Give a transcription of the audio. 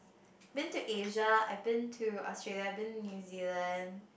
been to Asia I've been to Australia I've been New Zealand